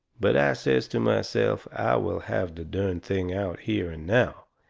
but i says to myself i will have the derned thing out here and now,